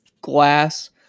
glass